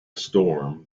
storm